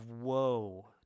woe